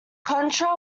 contra